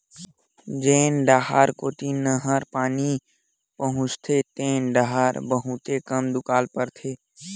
जेन डाहर कोती नहर के पानी पहुचथे तेन डाहर बहुते कम दुकाल परथे